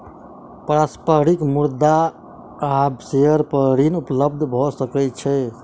पारस्परिक मुद्रा आ शेयर पर ऋण उपलब्ध भ सकै छै